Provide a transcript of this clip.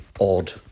odd